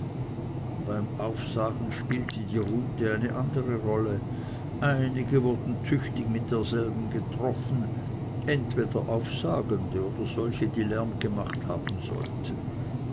beim aufsagen spielte die rute eine andere rolle einige wurden tüchtig mit derselben getroffen entweder aufsagende oder solche die lärm gemacht haben sollten